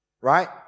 right